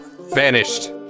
Vanished